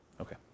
Okay